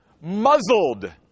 muzzled